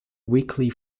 weekly